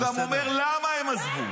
והוא גם אומר למה הם עזבו.